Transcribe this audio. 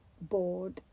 board